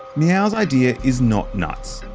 meow's idea is not nuts.